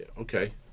Okay